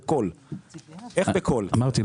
אמרתי,